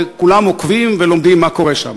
וכולם עוקבים ולומדים מה קורה שם.